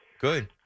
Good